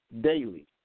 daily